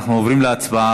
אנחנו עוברים להצבעה.